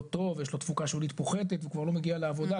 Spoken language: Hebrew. טוב למערכת ויש לו תפוקה שולית פוחתת והוא כבר לא מגיע לעבודה,